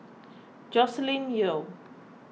Joscelin Yeo